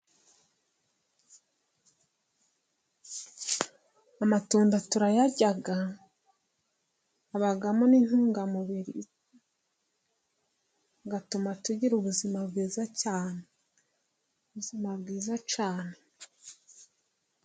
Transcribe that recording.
Amatunda turayarya abamo n'intungamubiri zigatuma tugira ubuzima bwiza cyane.